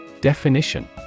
Definition